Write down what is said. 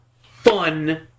fun